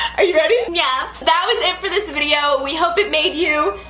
are you ready? yeah? that was it for this video? we hope it made you?